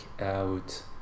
out